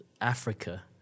Africa